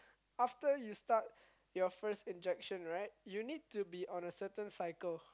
after you start your first injection right you need to be on a certain cycle